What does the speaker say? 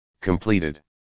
completed